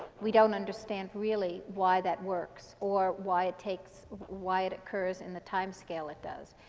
we don't understand really why that works or why it takes why it occurs in the timescale it does.